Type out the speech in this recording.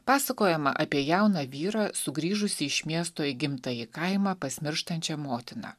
pasakojama apie jauną vyrą sugrįžusį iš miesto į gimtąjį kaimą pas mirštančią motiną